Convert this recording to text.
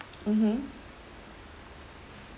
mmhmm